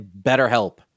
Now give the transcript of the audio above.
BetterHelp